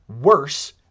worse